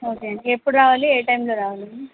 okay అండి ఎప్పుడు రావాలి ఏ టైమ్లో రావాలి